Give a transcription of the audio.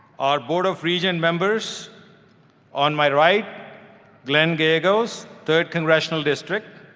our board of region members on my right glen gallegos, third congressional district,